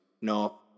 no